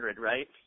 right